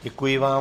Děkuji vám.